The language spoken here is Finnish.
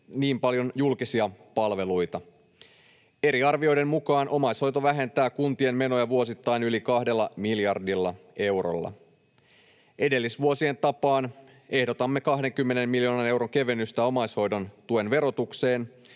niin paljon julkisia palveluita. Eri arvioiden mukaan omaishoito vähentää kuntien menoja vuosittain yli 2 miljardilla eurolla. Edellisvuosien tapaan ehdotamme 20 miljoonan euron kevennystä omaishoidon tuen verotukseen,